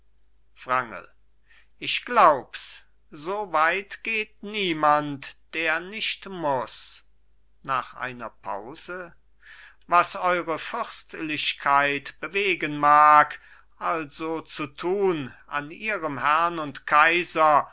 wrangel ich glaubs so weit geht niemand der nicht muß nach einer pause was eure fürstlichkeit bewegen mag also zu tun an ihrem herrn und kaiser